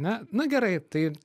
ne nu gerai tai